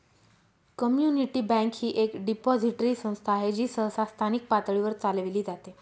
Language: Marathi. कम्युनिटी बँक ही एक डिपॉझिटरी संस्था आहे जी सहसा स्थानिक पातळीवर चालविली जाते